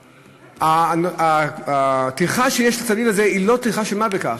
עכשיו, הטרחה שיש לצד זה היא לא טרחה של מה בכך.